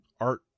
art